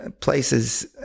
places